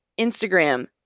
Instagram